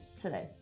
today